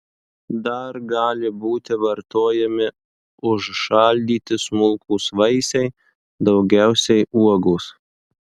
dar gali būti vartojami užšaldyti smulkūs vaisiai daugiausiai uogos